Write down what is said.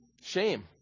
Shame